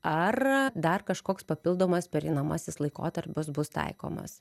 ar dar kažkoks papildomas pereinamasis laikotarpis bus taikomas